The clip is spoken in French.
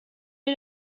est